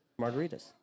margaritas